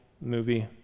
movie